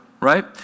right